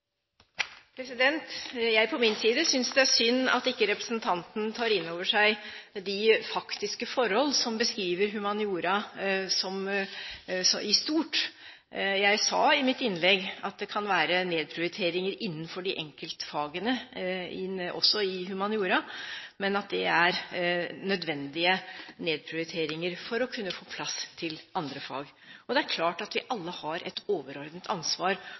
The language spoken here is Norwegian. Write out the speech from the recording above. Jeg synes på min side det er synd at ikke representanten tar inn over seg de faktiske forhold som beskriver humaniora i stort. Jeg sa i mitt innlegg at det kan være nedprioriteringer innenfor de enkelte fagene, også i humaniora, men at det er nødvendige nedprioriteringer for å få plass til andre fag. Det er klart at vi alle har et overordnet ansvar